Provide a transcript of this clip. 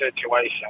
situation